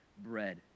bread